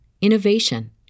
innovation